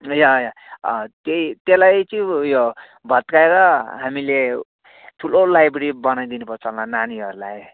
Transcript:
ए अँ त्यही त्यसलाई चाहिँ उयो भत्काएर हामीले ठुलो लाइब्रेरी बनाइ दिनुपर्छ होला नानीहरूलाई